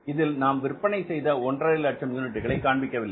இதில் நாம் விற்பனை செய்த 150000 யூனிட்களை காண்பிக்கவில்லை